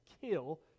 kill